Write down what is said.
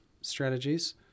strategies